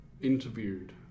interviewed